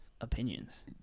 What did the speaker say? opinions